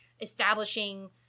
establishing